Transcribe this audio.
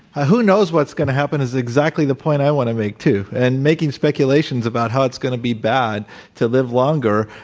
who knows what's going to happen? is exactly the point i want to make, too. and making speculations about how it's going to be bad to live longer,